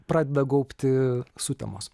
pradeda gaubti sutemos